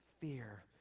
fear